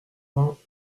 vingt